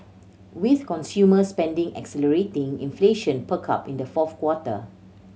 with consumer spending accelerating inflation perked up in the fourth quarter